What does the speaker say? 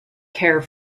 care